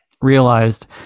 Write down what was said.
realized